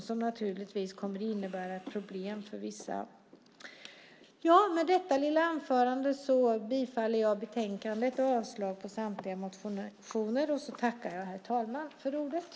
Det kommer naturligtvis att innebära ett problem för vissa. Med detta lilla anförande yrkar jag bifall till utskottets förslag i betänkandet och avslag på samtliga motioner.